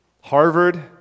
Harvard